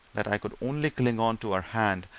that i could only cling on to her hand,